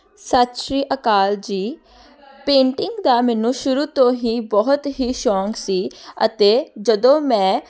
ਸਤਿ ਸ਼੍ਰੀ ਅਕਾਲ ਜੀ ਪੇਂਟਿੰਗ ਦਾ ਮੈਨੂੰ ਸ਼ੁਰੂ ਤੋਂ ਹੀ ਬਹੁਤ ਹੀ ਸ਼ੌਕ ਸੀ ਅਤੇ ਜਦੋਂ ਮੈਂ